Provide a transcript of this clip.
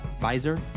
Visor